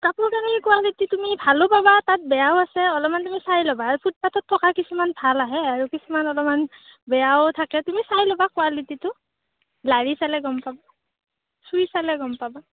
কাপোৰ কানিৰ কোৱালিটী তুমি ভালো পাবা তাত বেয়াও আছে অলপমান তুমি চাই ল'বা আৰু ফুটপাথত থকা কিছুমান ভাল আহে আৰু কিছুমান অলপমান বেয়াও থাকে তুমি চাই ল'বা কোৱালিটীটো লাৰি চালে গম পাবা চুই চালে গম পাবা